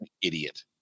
idiot